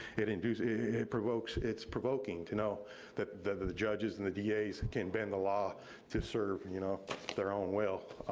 it and provokes, it's provoking to know that the the judges and the das can bend the law to serve you know their own will.